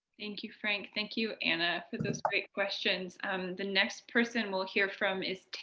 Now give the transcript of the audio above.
thank you, frank. thank you, anna, for those great questions. um the next person we'll hear from is,